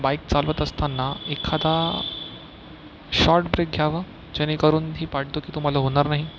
bike चालवत असताना एखादा शॉर्ट ब्रेक घ्यावा जेणेकरून ही पाठदुखी तुम्हाला होणार नाही